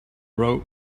road